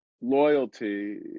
loyalty